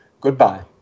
Goodbye